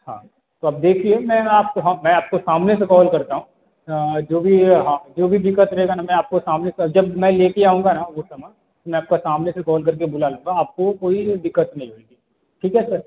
हाँ तो अब देखिए मैं आपको हाँ मैं आपको सामने से कॉल करता हूँ जो भी हाँ जो भी दिक्कत रहेगी ना मैं आपको सामने से जब मैं ले के आऊँगा ना वो समान मैं आपका सामने से कॉल कर के बुला लूँगा आपको कोई दिक्कत नहीं होएगी ठीक है सर